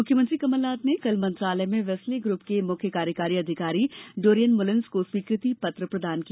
मुख्यमंत्री कमलनाथ ने कल मंत्रालय में वेस्ले ग्रूप के मुख्य कार्यकारी अधिकारी डोरियन मुलेन्स को स्वीकृति पत्र प्रदान किया